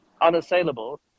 unassailable